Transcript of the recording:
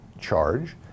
charge